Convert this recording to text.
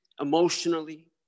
emotionally